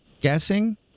guessing